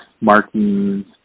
markings